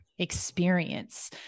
experience